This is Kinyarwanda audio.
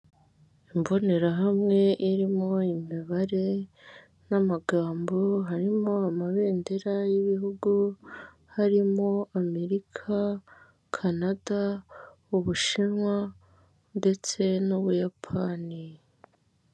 Imbonerahamwe irimo imibare n'amagambo, harimo amabendera y'ibihugu, harimo Amerika, Kanada, Ubushinwa ndetse n'Ubuyapani.